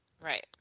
Right